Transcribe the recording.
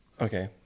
Okay